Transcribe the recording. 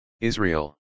Israel